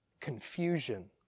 confusion